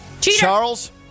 Charles